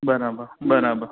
બરાબર બરાબર